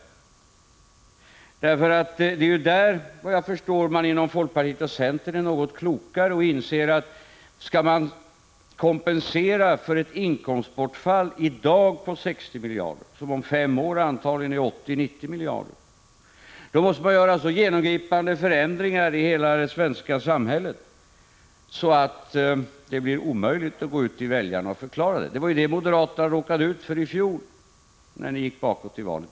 Efter vad jag förstår är det på den punkten man inom folkpartiet och centern är något klokare och inser att skall man kompensera ett inkomstbortfall i dag på 60 miljarder, som om fem år antagligen är 80-90 miljarder, måste man göra så genomgripande förändringar i hela det svenska samhället att det blir omöjligt att gå ut till väljarna och förklara det. Det var ju det moderaterna råkade ut för i fjol, när ni gick bakåt i valet.